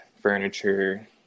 furniture